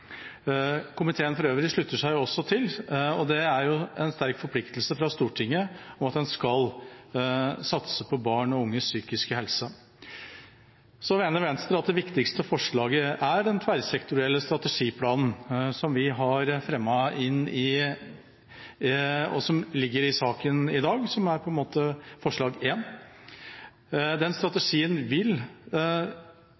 Komiteen for øvrig slutter seg også til, og det er en sterk forpliktelse fra Stortinget til at en skal satse på barn og unges psykiske helse. Venstre mener at det viktigste punktet i forslaget er den tverrsektorielle strategiplanen som vi har fremmet i forbindelse med Kristelig Folkepartis forslag, som ligger i saken i dag, og som er